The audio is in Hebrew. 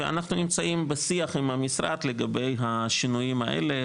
ואנחנו נמצאים בשיח עם המשרד לגבי השינויים האלה,